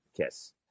kiss